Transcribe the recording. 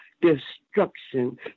destruction